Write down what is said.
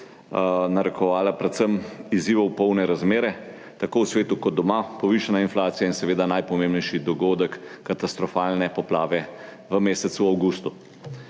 narekovale predvsem izzivov polne razmere tako v svetu kot doma, povišana inflacija in seveda najpomembnejši dogodek, katastrofalne poplave v mesecu avgustu.